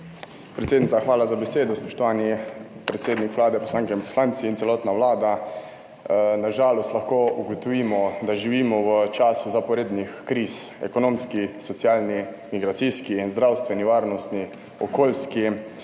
Predsednica, hvala za besedo. Spoštovani predsednik Vlade, poslanke in poslanci ter celotna vlada! Na žalost lahko ugotovimo, da živimo v času zaporednih kriz – ekonomska, socialna, migracijska, zdravstvena, varnostna, okoljska,